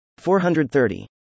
430